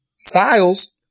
Styles